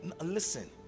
listen